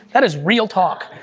that is real talk.